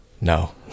No